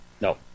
No